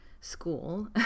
school